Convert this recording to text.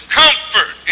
comfort